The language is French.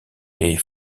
les